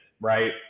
right